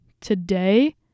today